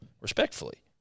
Respectfully